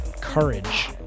courage